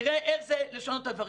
תראה איך זה לשנות את הדברים.